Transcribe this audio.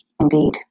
indeed